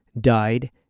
died